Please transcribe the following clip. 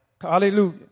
Hallelujah